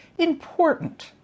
important